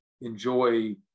enjoy